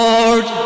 Lord